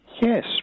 Yes